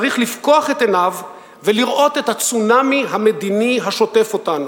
צריך לפקוח את עיניו ולראות את הצונאמי המדיני השוטף אותנו,